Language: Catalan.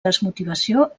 desmotivació